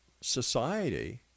society